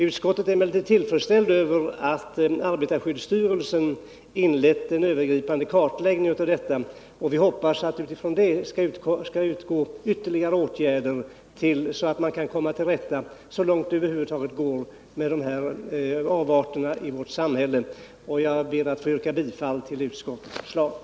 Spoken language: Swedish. Utskottet är emellertid tillfredsställt med att arbetarskyddsstyrelsen inlett en övergripande kartläggning av detta problem. Vi hoppas att det med utgångspunkt i den skall kunna vidtas ytterligare åtgärder för att så långt som det över huvud taget är möjligt kunna komma till rätta med dessa avarter i vårt samhälle. Herr talman! Jag ber att få yrka bifall till utskottets hemställan.